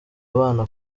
abana